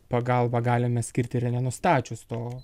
pagalbą galime skirti ir nenustačius to